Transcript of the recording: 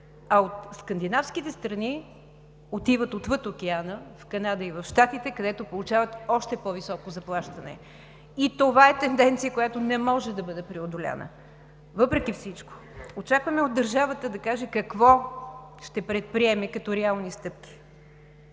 От Скандинавските страни отиват отвъд Океана – в Канада и в Щатите, където получават още по-високо заплащане. И това е тенденция, която не може да бъде преодоляна. Въпреки всичко, очакваме от държавата да каже какво ще предприеме като реални стъпки.